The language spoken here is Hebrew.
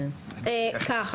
כמה